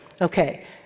Okay